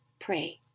pray